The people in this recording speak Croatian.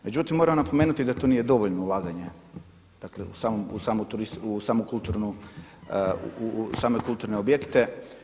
Međutim, moram napomenuti da to nije dovoljno ulaganje, dakle u samu kulturnu, u same kulturne objekte.